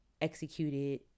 executed